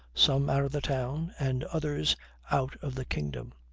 some out of the town, and others out of the kingdom.